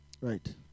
Right